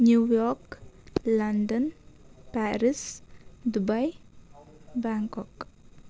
New York London Paris Dubai Bangkok